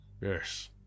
Yes